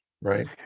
Right